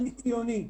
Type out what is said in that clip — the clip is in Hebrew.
אני ציוני,